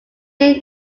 named